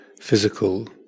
physical